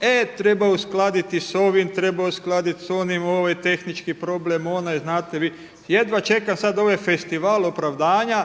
E, treba uskladiti s ovim, treba uskladiti s onim, ovo je tehnički problem, onaj, znate vi. Jedva čeka sad ovaj festival opravdanja